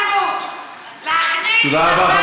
שוטר אלים הוא שוטר חלש,